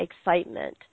excitement